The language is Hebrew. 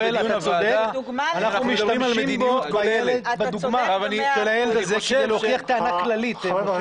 אנחנו משתמשים בו כדוגמא, כדי להוכיח טענה כללית.